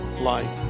life